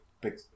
big